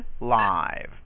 live